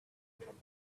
about